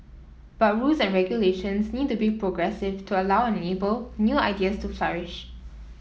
but rules and regulations need to be progressive to allow and enable new ideas to flourish